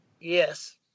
Yes